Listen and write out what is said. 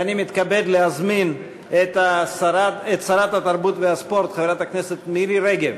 אני מתכבד להזמין את שרת התרבות והספורט חברת הכנסת מירי רגב